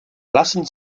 lassen